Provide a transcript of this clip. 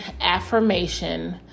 affirmation